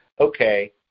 okay